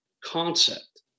concept